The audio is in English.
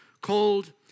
called